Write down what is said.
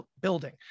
building